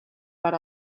per